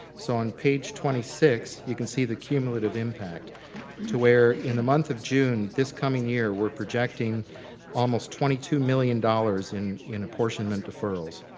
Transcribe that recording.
so on page twenty six, you can see the cumulative impact to where in the month of june, this coming year, we're projecting almost twenty two million dollars in in apportionment deferrals.